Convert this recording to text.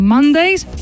Mondays